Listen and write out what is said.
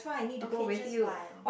okay just one